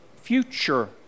future